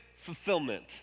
fulfillment